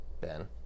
Ben